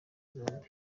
zombi